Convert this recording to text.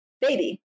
baby